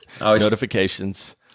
notifications